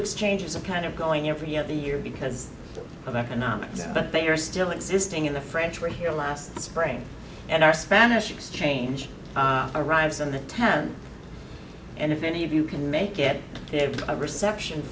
exchanges are kind of going every other year because of economics but they are still existing in the french were here last spring and our spanish exchange arrives on the town and if any of you can make it to a reception